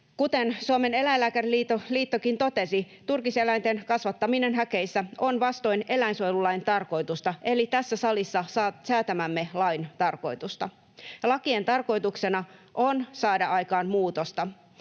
Kuten Suomen Eläinlääkäriliittokin totesi, turkiseläinten kasvattaminen häkeissä on vastoin eläinsuojelulain tarkoitusta eli tässä salissa säätämämme lain tarkoitusta. Lakien tarkoituksena on saada aikaan muutosta.